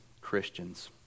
Christians